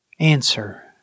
Answer